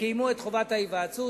קיימו את חובת ההיוועצות.